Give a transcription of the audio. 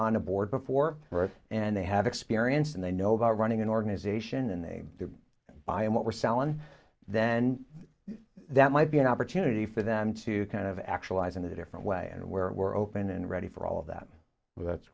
on a board before birth and they have experience and they know about running an organization and they buy and what we're sal and then that might be an opportunity for them to kind of actualize in a different way and where we're open and ready for all of that with that's